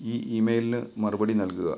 ഈ ഇമെയിലിന് മറുപടി നൽകുക